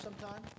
sometime